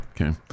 Okay